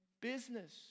business